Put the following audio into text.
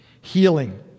healing